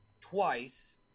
twice